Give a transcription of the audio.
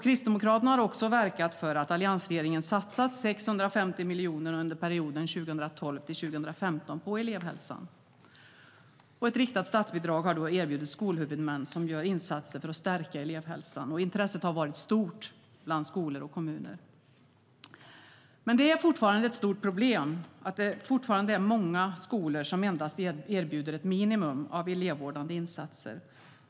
Kristdemokraterna har också verkat för att alliansregeringen har satsat 650 miljoner under perioden 2012-2015 på elevhälsan. Ett riktat statsbidrag har erbjudits skolhuvudmän som gör insatser för att stärka elevhälsan. Intresset har varit stort bland skolor och kommuner. Det är dock ett stort problem att det fortfarande är många skolor som endast erbjuder ett minimum av elevvårdande insatser.